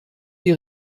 die